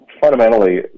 fundamentally